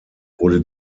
wurde